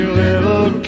little